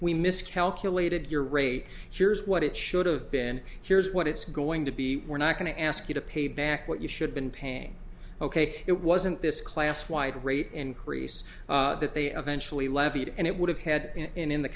we miscalculated your rate here's what it should have been here's what it's going to be we're not going to ask you to pay back what you should been paying ok it wasn't this class wide rate increase that they eventually levied and it would have had in